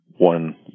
one